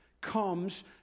comes